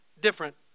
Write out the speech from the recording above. different